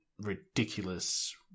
ridiculous